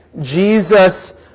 Jesus